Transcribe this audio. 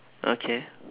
okay